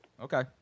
Okay